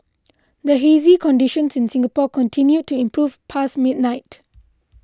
the hazy conditions in Singapore continued to improve past midnight